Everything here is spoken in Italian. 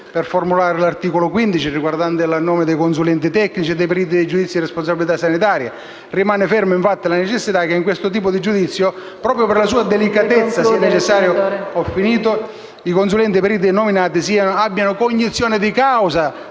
nel formulare l'articolo 15 riguardante la nomina dei consulenti tecnici e dei periti nei giudizi di responsabilità sanitaria. Rimane ferma infatti la necessità che in questo tipo di giudizio, proprio per la sua delicatezza, sia necessario che i consulenti e i periti nominati abbiano cognizione di causa